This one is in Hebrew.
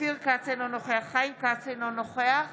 אופיר כץ, אינו נוכח חיים כץ, אינו נוכח